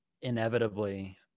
inevitably